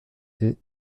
est